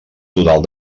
total